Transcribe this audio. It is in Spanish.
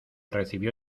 recibió